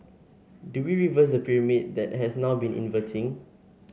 do we reverse the pyramid that has now been inverting